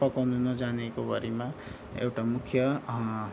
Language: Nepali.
पकाउनु नजानेकोभरिमा एउटा मुख्य